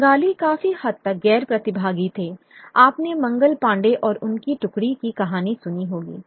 बंगाली काफी हद तक गैर प्रतिभागी थे आपने मंगल पांडे और उनकी टुकड़ी की कहानी सुनी होगी